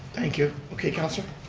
thank you, okay councilor.